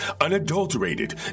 unadulterated